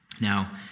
Now